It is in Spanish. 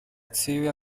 exhibe